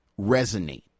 resonate